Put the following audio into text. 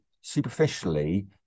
superficially